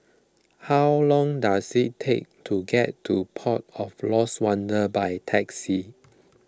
how long does it take to get to Port of Lost Wonder by taxi